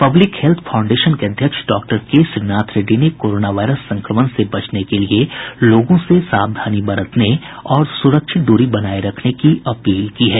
public health foundation के अध्यक्ष doctor K Srinath Reddy ने कोरोना वायरस संक्रमण से बचने के लिए लोगों से सावधानी बरतने और सुरक्षित दूरी बनाए रखने की अपील की है